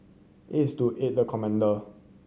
it is to aid the commander